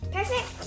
Perfect